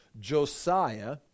Josiah